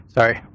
Sorry